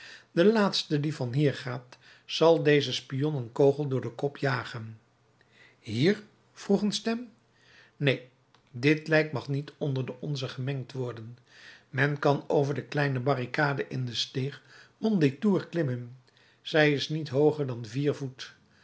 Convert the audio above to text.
de laatste die van hier gaat zal dezen spion een kogel door den kop jagen hier vroeg een stem neen dit lijk mag niet onder de onze gemengd worden men kan over de kleine barricade in de steeg mondétour klimmen zij is niet hooger dan vier voet